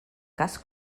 cas